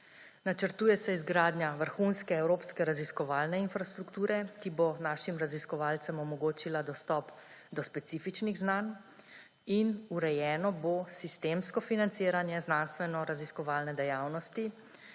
Načrtuje se izgradnja vrhunske evropske raziskovalne infrastrukture, ki bo našim raziskovalcem omogočila dostop do specifičnih znanj in urejeno bo sistemsko financiranje znanstvenoraziskovalne dejavnosti.